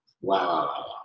wow